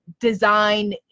design